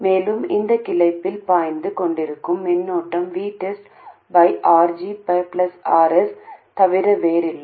மேலும் இந்தக் கிளையில் பாய்ந்து கொண்டிருக்கும் மின்னோட்டம் VTEST RG Rs தவிர வேறில்லை